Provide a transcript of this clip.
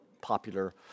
popular